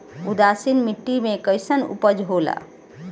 उदासीन मिट्टी में कईसन उपज होला?